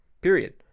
period